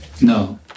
No